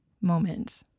moment